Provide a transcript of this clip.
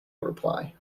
reply